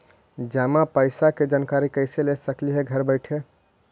जमा पैसे के जानकारी कैसे ले सकली हे घर बैठे?